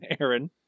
Aaron